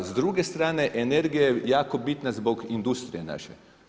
S druge strane energija je jako bitna zbog industrije naše.